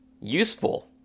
useful